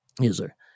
user